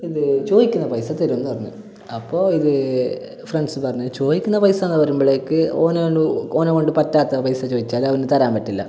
ഇത് ചോദിക്കുന്ന പൈസ തരും എന്ന് പറഞ്ഞ് അപ്പോൾ ഇത് ഫ്രെണ്ട്സ്സ് പറഞ്ഞത് ചോദിക്കുന്ന പൈസാ എന്ന് പറയുമ്പോളേക്ക് ഓനേണ്ടു ഓനെകൊണ്ട് പറ്റാത്ത പൈസ ചോദിച്ചാൽ അവന് തരാൻ പറ്റില്ല